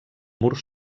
mur